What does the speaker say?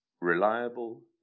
reliable